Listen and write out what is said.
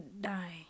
die